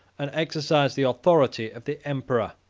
and exercised the authority, of the emperor.